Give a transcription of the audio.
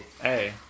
Hey